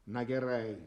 na gerai